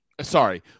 Sorry